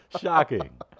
Shocking